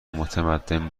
متمدن